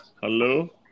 Hello